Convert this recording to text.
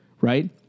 right